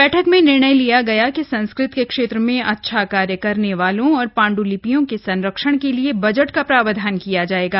बैठक में निर्णय लिया गया कि संस्कृत के क्षेत्र में अच्छा कार्य करने वालों और पाण्ड्लिपियों के संरक्षण के लिए बजट का प्रावधान किया जायेगा